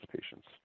patients